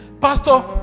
Pastor